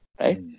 right